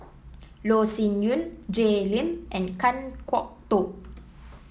Loh Sin Yun Jay Lim and Kan Kwok Toh